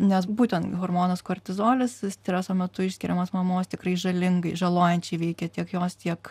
nes būtent hormonas kortizolis streso metu išskiriamas mamos tikrai žalingai žalojančiai veikia tiek jos tiek